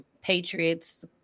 Patriots